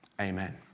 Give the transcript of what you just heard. Amen